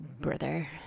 brother